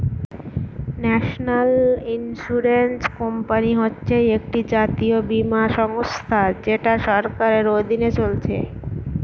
national insurance company হচ্ছে একটি জাতীয় বীমা সংস্থা যেটা সরকারের অধীনে চলে